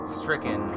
stricken